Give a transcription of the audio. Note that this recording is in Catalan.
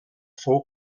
fou